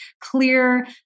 clear